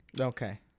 Okay